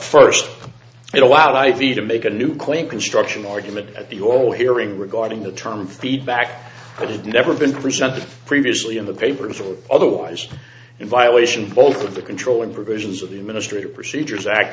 first it allowed i v to make a new claim construction argument at the all hearing regarding the term feedback that is never been presented previously in the papers or otherwise in violation both of the control and provisions of the administrative procedures act